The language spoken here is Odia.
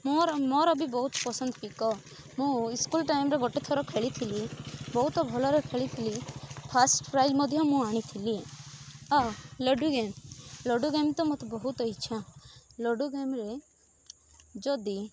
ମୋର ମୋର ବି ବହୁତ ପସନ୍ଦ ପିକ ମୁଁ ସ୍କୁଲ ଟାଇମ୍ରେ ଗୋଟେ ଥର ଖେଳିଥିଲି ବହୁତ ଭଲରେ ଖେଳିଥିଲି ଫାଷ୍ଟ ପ୍ରାଇଜ୍ ମଧ୍ୟ ମୁଁ ଆଣିଥିଲି ଆଉ ଲୁଡ଼ୁ ଗେମ୍ ଲୁଡ଼ୁ ଗେମ୍ ତ ମୋତେ ବହୁତ ଇଚ୍ଛା ଲୁଡ଼ୁ ଗେମ୍ରେ ଯଦି